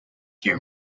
you